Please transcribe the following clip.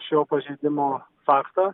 šio pažeidimo faktą